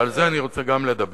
ועל זה אני רוצה גם לדבר.